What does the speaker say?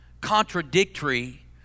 contradictory